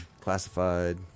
Classified